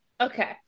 Okay